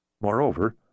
Moreover